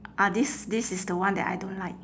ah this this is the one that I don't like